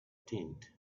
tent